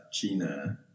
Gina